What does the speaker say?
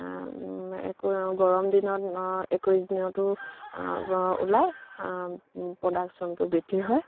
একো গৰম দিনত একৈছ দিনতো ওলাই প্ৰডাকচনটো বৃদ্ধি হয়